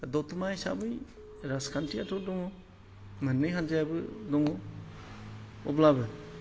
दतमा हिसाबै राजखान्थियाथ' दङ मोन्नै हानजायाबो दङ अब्लाबो